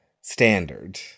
standard